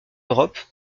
europe